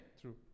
true